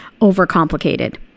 overcomplicated